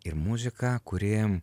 ir muziką kuri